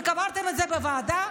וקברתם את זה בוועדה.